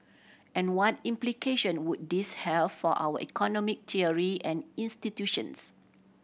and what implication would this have for our economic theory and institutions